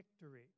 victory